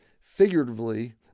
Figuratively